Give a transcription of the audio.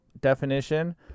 definition